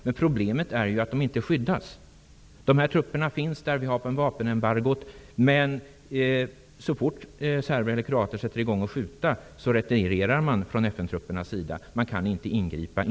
Men problemet är ju att de inte skyddas. Trupperna finns där, och det finns ett vapenembargo, men så fort serber eller kroater sätter i gång att skjuta retirerar FN-trupperna. De kan inte ingripa.